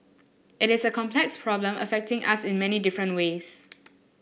it is a complex problem affecting us in many different ways